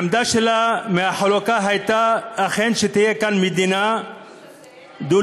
בעניין החלוקה אכן הייתה שתהיה כאן מדינה דו-לאומית,